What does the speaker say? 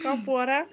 Kupwara